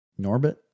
Norbit